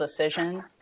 decision